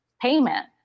payment